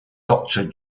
doctor